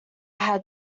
had